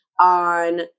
on